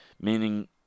meaning